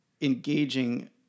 engaging